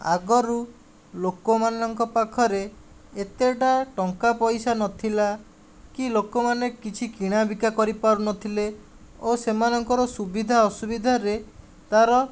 ଆଗରୁ ଲୋକମାନଙ୍କ ପାଖରେ ଏତେଟା ଟଙ୍କା ପଇସା ନଥିଲା କି ଲୋକମାନେ କିଛି କିଣାବିକା କରିପାରୁନଥିଲେ ଓ ସେମାନଙ୍କର ସୁବିଧା ଅସୁବିଧାରେ ତାର